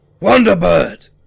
Wonderbird